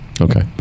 okay